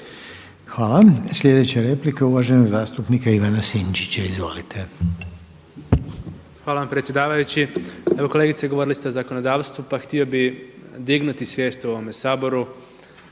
Hvala. Sljedeća replika je uvaženog zastupnika Ivana Sinčića. Izvolite. **Sinčić, Ivan Vilibor (Živi zid)** Hvala vam predsjedavajući. Evo kolegice govorili ste o zakonodavstvu. Pa htio bih dignuti svijest u ovome Saboru